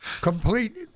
complete